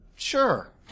Sure